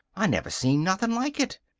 i never seen nothin' like it.